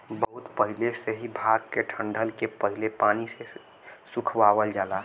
बहुत पहिले से ही भांग के डंठल के पहले पानी से सुखवावल जाला